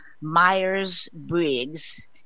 Myers-Briggs